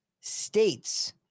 states